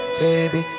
baby